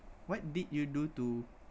what did you do to